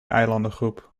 eilandengroep